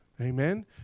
amen